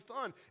fun